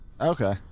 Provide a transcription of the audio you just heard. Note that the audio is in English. Okay